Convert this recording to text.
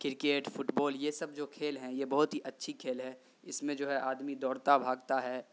cricket football یہ سب جو کھیل ہیں یہ بہت ہی اچھی کھیل ہے اس میں جو ہے آدمی دوڑتا بھاگتا ہے